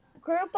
group